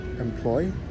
employ